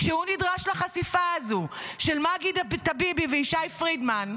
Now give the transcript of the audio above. כשהוא נדרש לחשיפה הזו של מגי טביבי וישי פרידמן,